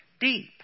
Deep